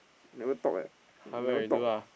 never talk eh never talk